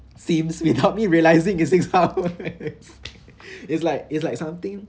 Sims without me realising it's six hours it's like it's like something